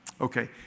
Okay